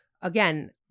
again